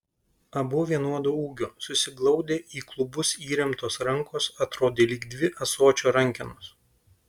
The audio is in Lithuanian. abu vienodo ūgio susiglaudę į klubus įremtos rankos atrodė lyg dvi ąsočio rankenos